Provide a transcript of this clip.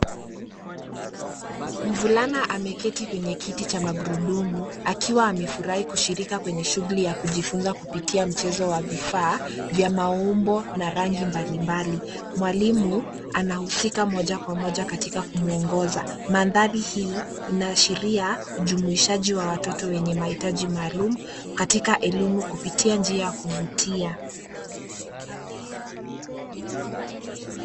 Mvulana ameketi kwenye kiti cha magurudumu akiwa amefurahi kushirikia kwenye shuguli ya kujifunza kupitia mchezo wa vifaa vya maumbo na rangi mbalimbali. Mwalimu anahusika moja kwa moja katika kumongoza. Mandhari hii inaashiria ujumuishaji wa watoto wenye mahitaji maalum katika elimu kupitia njia ya kuvutia.